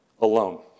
alone